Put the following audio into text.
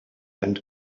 and